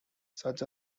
such